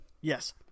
Yes